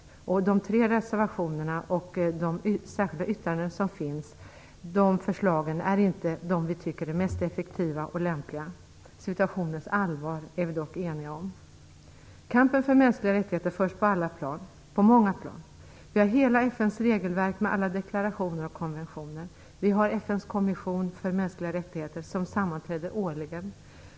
Förslagen i de tre reservationerna och i de särskilda yttranden som avgivits är inte de som vi tycker är de mest effektiva och lämpliga. Vi är dock eniga om situationens allvar. Kampen för mänskliga rättigheter förs på många plan. Vi har hela FN:s regelverk med alla deklarationer och konventioner. Vi har FN:s kommission för mänskliga rättigheter, som sammanträder årligen.